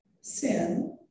sin